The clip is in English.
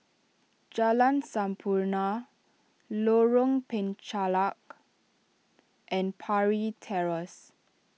Jalan Sampurna Lorong Penchalak and Parry Terrace